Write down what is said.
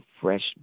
fresh